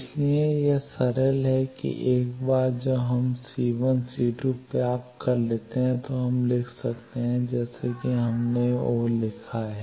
इसलिए यह सरल है कि एक बार जब हम C1 और C2 प्राप्त कर लेते हैं तो हम लिख सकते हैं जैसे कि हमने ओ लिखा है